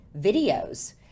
videos